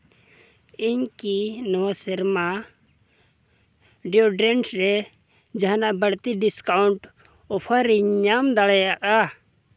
ᱤᱧ ᱠᱤ ᱱᱚᱣᱟ ᱥᱮᱨᱢᱟ ᱰᱤᱭᱳᱰᱨᱮᱱᱥ ᱨᱮ ᱡᱟᱦᱟᱱᱟᱜ ᱵᱟᱹᱲᱛᱤ ᱰᱤᱥᱠᱟᱣᱩᱱᱴ ᱚᱯᱷᱟᱨ ᱤᱧ ᱧᱟᱢ ᱫᱟᱲᱮᱭᱟᱜᱼᱟ